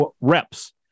reps